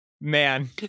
Man